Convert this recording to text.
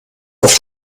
auf